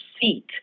seat